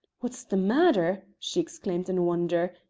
what's the matter? she exclaimed in wonder,